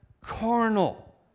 carnal